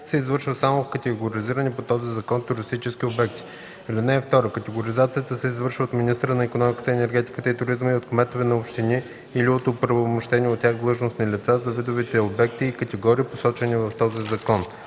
се извършва само в категоризирани по този закон туристически обекти. (2) Категоризацията се извършва от министъра на икономиката, енергетиката и туризма и от кметовете на общини или от оправомощени от тях длъжностни лица – за видовете обекти и категории, посочени в този закон.